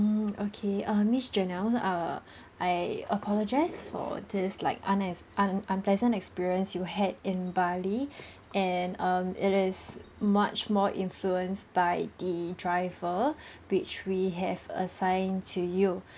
~(mm) okay err miss janelle uh I apologize for this like unex~ un~ unpleasant experience you had in bali and um it is much more influenced by the driver which we have assigned to you